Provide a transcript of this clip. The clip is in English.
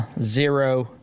zero